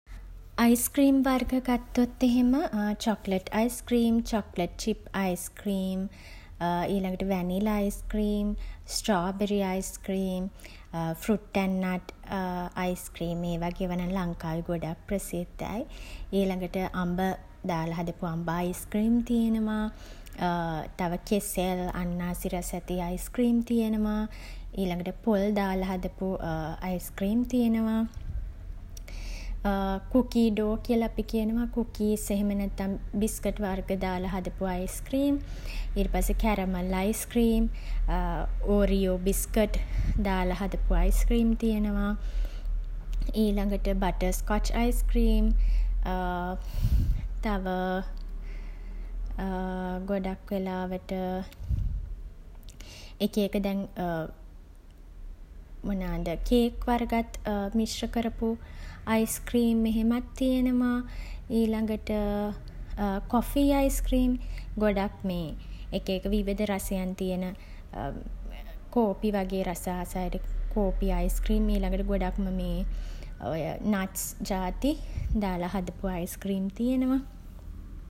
Ice cream වර්ග ගත්තොත් එහෙම chocolate ice cream chocolate chip ice cream ඊළගට vanilla ice cream strawberry ice cream fruit and nut ice cream ඒ වගේ ඒවා නම් ලංකාවේ ගොඩක් ප්‍රසිද්ධයි. ඊළගට අඹ දාල හදපු අඹ අයිස් ක්‍රීම් තියෙනවා. තව කෙසෙල් අන්නාසි රසැති අයිස් ක්‍රීම් තියෙනවා. ඊළගට පොල් දාල හදපු අයිස් ක්‍රීම් තියෙනවා කුකී ඩෝ කියල අපි කියනවා කුකීස් එහෙම නැත්තම් බිස්කට් වර්ග දාල හදපු අයිස් ක්‍රීම්. ඊට පස්සේ caramel ice cream Oreo biscuit දාල හදපු අයිස් ක්‍රීම් තියෙනවා. ඊළගට බටස්කොච් අයිස්ක්‍රීම්. තව ගොඩක් වෙලාවට එක එක දැන් මොනාද කේක් වර්ගත් මිශ්‍ර කරපු අයිස්ක්‍රීම් එහෙමත් තියෙනවා. ඊළගට කොෆී අයිස් ක්‍රීම්. ගොඩක් මේ එක එක විවිධ රසයන් තියෙන කෝපි වගේ රස ආස අයට කෝපි අයිස් ක්‍රීම්. ඊළගට ගොඩක්ම මේ ඔය නට්ස් ජාති දාල හදපු අයිස් ක්‍රීම් තියනවා.